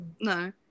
no